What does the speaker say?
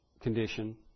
condition